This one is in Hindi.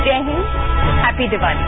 जय हिंद हैप्पी दिवाली